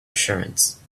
assurance